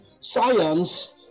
science